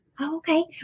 Okay